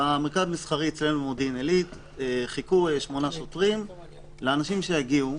במרכז המסחרי אצלנו במודיעין עילית חיכו שמונה שוטרים לאנשים שיגיעו,